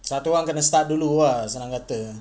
satu orang kena start dulu ah senang kata